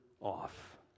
off